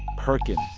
perkins.